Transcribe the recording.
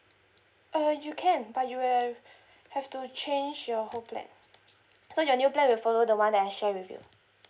uh you can but you ha~ have to change your whole plan so your new plan will follow the one that I shared with you